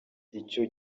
icyo